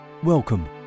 Welcome